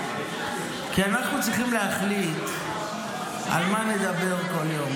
כי אנחנו צריכים להחליט על מה נדבר כל יום,